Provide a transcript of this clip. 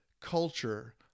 culture